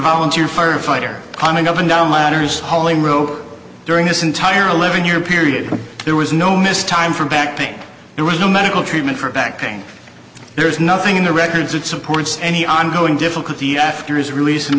volunteer firefighter climbing up and down ladders holly wrote during this entire a living your period there was no miss time for back pain there was no medical treatment for back pain there is nothing in the records that supports any ongoing difficulty after his release in